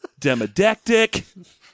demodectic